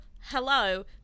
hello